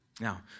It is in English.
Now